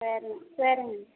சரிங்க சரிங்க